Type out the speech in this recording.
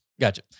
Gotcha